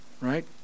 Right